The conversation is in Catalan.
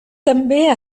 també